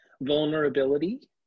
vulnerability